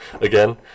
again